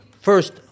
First